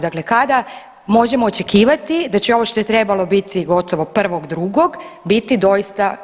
Dakle, kada možemo očekivati da će ovo što je trebalo biti gotovo 1.2. biti doista gotovo?